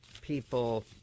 people